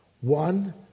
One